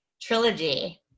trilogy